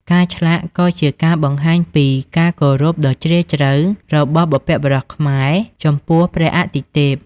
ការឆ្លាក់ក៏ជាការបង្ហាញពីការគោរពដ៏ជ្រាលជ្រៅរបស់បុព្វបុរសខ្មែរចំពោះព្រះអាទិទេព។